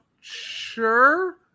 Sure